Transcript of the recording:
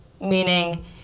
meaning